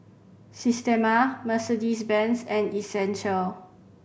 Systema Mercedes Benz and Essential